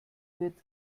wird